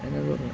এনে ধৰণৰ